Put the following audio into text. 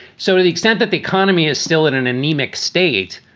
so to the extent that the economy is still in an anemic state,